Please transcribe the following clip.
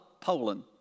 Poland